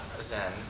Zen